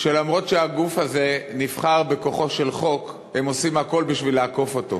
שאף שהגוף הזה נבחר בכוחו של חוק הם עושים הכול בשביל לעקוף אותו,